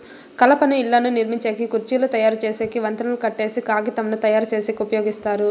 కలపను ఇళ్ళను నిర్మించేకి, కుర్చీలు తయరు చేసేకి, వంతెనలు కట్టేకి, కాగితంను తయారుచేసేకి ఉపయోగిస్తారు